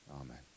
Amen